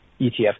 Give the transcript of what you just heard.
ETF